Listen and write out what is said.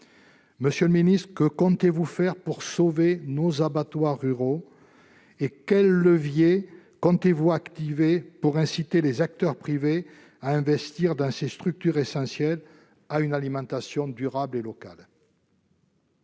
transformation. Que comptez-vous faire pour sauver nos abattoirs ruraux ? Quels leviers comptez-vous activer pour inciter les acteurs privés à investir dans ces structures essentielles à une alimentation durable et locale ?